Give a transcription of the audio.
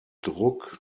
druck